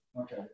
Okay